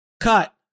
Cut